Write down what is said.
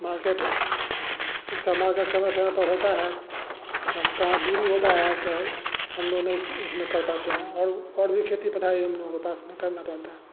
market वो summer का समय समय पर होता है अब कहाँ दूरी होता है तो हम लोग नहीं उस में कर पाते हैं और भी और भी खेती पता है हम लोग के पास में करना होता है